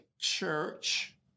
church